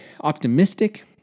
optimistic